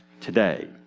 today